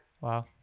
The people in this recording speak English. Wow